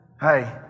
hey